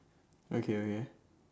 okay okay